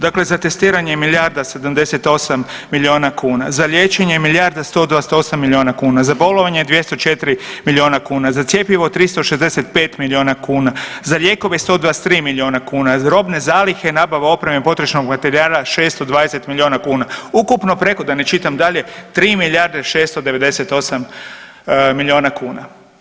Dakle, za testiranje milijarda 78 miliona kuna, za liječenje milijarda 128 miliona kuna, za bolovanje 204 miliona kuna, za cjepivo 365 miliona kuna, za lijekove 123 miliona kuna, robne zalihe, nabava opreme i potrošnog miliona kuna 620 miliona kuna, ukupno preko da ne čitam dalje 3 milijarde 698 miliona kuna.